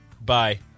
Bye